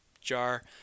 jar